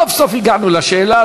סוף-סוף הגענו לשאלה.